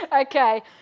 Okay